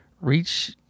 reach